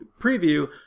preview